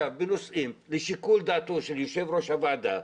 בנושאים לשיקול דעתו של יושב-ראש הוועדה,